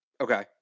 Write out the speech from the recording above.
Okay